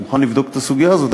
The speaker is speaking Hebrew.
אני מוכן לבדוק את הסוגיה הזאת.